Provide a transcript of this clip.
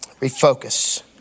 Refocus